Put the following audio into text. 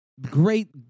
great